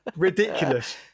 Ridiculous